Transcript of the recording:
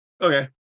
Okay